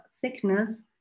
thickness